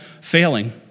failing